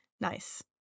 Nice